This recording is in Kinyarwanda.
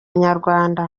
nyarwanda